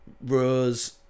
Rose